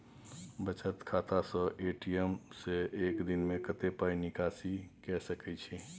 बचत खाता स ए.टी.एम से एक दिन में कत्ते पाई निकासी के सके छि?